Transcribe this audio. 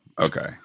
Okay